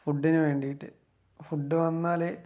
ഫുഡിന് വേണ്ടിയിട്ട് ഫുഡ് വന്നാലേ